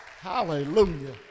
Hallelujah